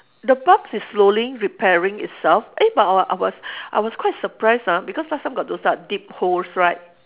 the bumps is slowly repairing itself eh but I wa~ I was I was quite surprised ah because last time got those type of deep holes right